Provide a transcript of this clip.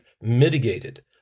mitigated